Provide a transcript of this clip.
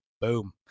Boom